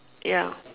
ya